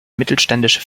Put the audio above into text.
mittelständische